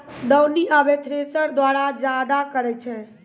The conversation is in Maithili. दौनी आबे थ्रेसर द्वारा जादा करै छै